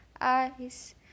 eyes